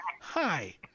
hi